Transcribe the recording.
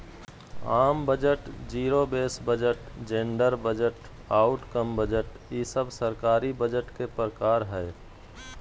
आम budget, zero base budget, gender budget, outcome budget ई सब सरकारी बजट के प्रकार हय